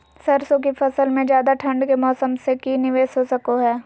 सरसों की फसल में ज्यादा ठंड के मौसम से की निवेस हो सको हय?